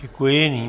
Děkuji.